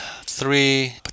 three